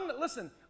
Listen